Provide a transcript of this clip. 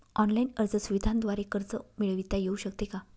Online अर्ज सुविधांद्वारे कर्ज मिळविता येऊ शकते का?